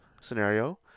scenario